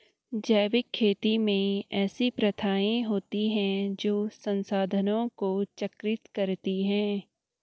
जैविक खेती में ऐसी प्रथाएँ होती हैं जो संसाधनों को चक्रित करती हैं